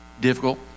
difficult